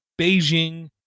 Beijing